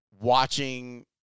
watching